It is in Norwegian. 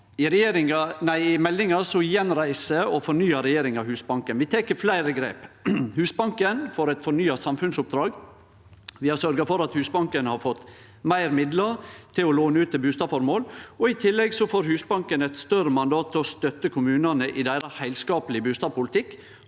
I meldinga gjenreiser og fornyar regjeringa Husbanken. Vi tek fleire grep. Husbanken får eit fornya samfunnsoppdrag. Vi har sørgt for at Husbanken har fått meir midlar til å låne ut til bustadformål. I tillegg får Husbanken eit større mandat til å støtte kommunane i deira heilskaplege bustadpolitikk